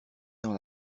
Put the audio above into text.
dans